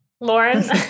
Lauren